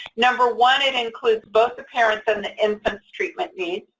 number one, it includes both the parents and the infant's treatment needs,